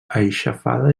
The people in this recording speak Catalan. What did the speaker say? aixafada